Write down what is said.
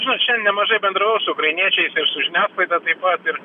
žinot šian nemažai bendravau su ukrainiečiais ir su žiniasklaida taip pat ir